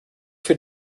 für